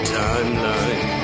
timeline